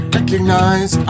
Recognize